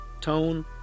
tone